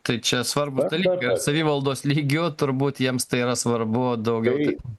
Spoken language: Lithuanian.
tai čia svarbūs dalykai ar savivaldos lygiu turbūt jiems tai yra svarbu daugiau tai